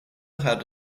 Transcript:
had